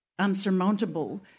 unsurmountable